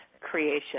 creation –